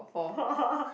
for